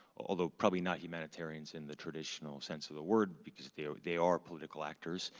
although probably not humanitarians in the traditional sense of the word because they are they are political actors,